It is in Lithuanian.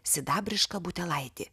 sidabrišką butelaitį